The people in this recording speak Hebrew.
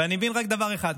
ואני מבין רק דבר אחד: